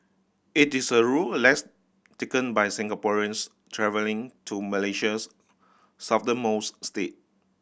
it is a route less taken by Singaporeans travelling to Malaysia's southernmost state